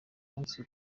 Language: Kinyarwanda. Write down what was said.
munsi